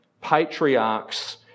patriarchs